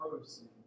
person